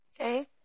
Okay